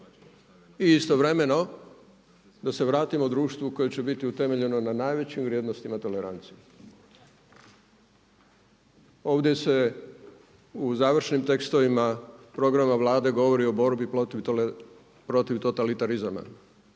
i istovremeno da se vratimo društvu koje će biti utemeljeno na najvećim vrijednostima tolerancije. Ovdje se u završnim tekstovima programa Vlade govori o borbi protiv totalitarizama.